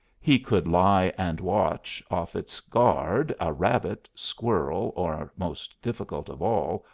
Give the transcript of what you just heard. he could lie and watch, off its guard, a rabbit, squirrel, or, most difficult of all,